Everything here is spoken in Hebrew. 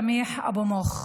וסמיח אבו-מוך.